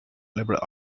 liberal